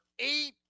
eight